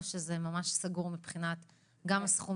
או שזה ממש סגור מבחינת סכומים?